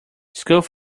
schools